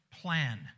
plan